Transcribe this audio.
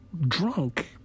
drunk